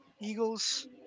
Eagles